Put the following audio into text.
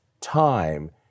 time